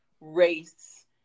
race